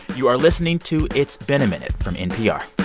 you are listening to it's been a minute from npr